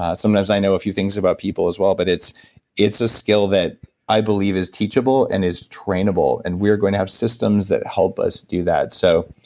sometimes i know a few things about people as well, but it's it's a skill that i believe is teachable, and is trainable. and we're going to have systems that help us do that. so,